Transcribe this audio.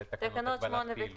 אל תנסו להתגונן,